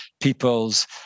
people's